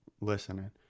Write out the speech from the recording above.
listening